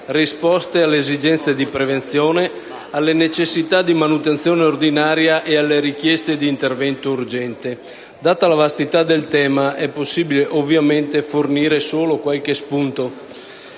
risposte alle esigenze di prevenzione, alle necessità di manutenzione ordinaria ed alle richieste di intervento urgente. Data la vastità del tema è possibile, ovviamente, fornire solo qualche spunto.